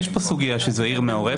כן יש פה סוגיה של עיר מעורבת.